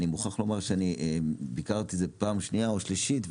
אני מוכרח לומר שביקרתי שם פעם שניה או שלישית,